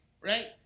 right